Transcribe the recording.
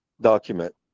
document